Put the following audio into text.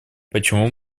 почему